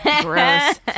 Gross